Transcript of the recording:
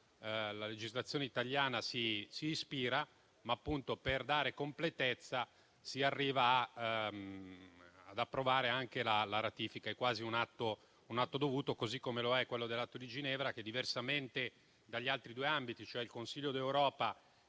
la legislazione italiana si ispira. Per dare completezza si arriva ad approvare anche la ratifica: è quasi un atto dovuto, così come la ratifica dell'Atto di Ginevra che, diversamente dagli altri due ambiti, cioè il Consiglio d'Europa